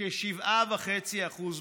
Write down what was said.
כ-7.5% בלבד.